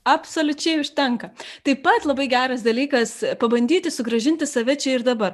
absoliučiai užtenka taip pat labai geras dalykas pabandyti sugrąžinti save čia ir dabar